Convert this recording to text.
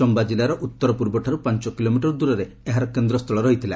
ଚମ୍ଘା ଜିଲ୍ଲାର ଉତ୍ତରପୂର୍ବଠାରୁ ପାଞ୍ଚ କିଲୋମିଟର ଦୂରରେ ଏହାର କେନ୍ଦ୍ରସ୍ଥଳ ରହିଥିଲା